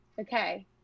okay